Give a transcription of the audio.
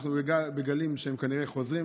אנחנו כנראה בגלים חוזרים,